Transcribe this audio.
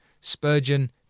Spurgeon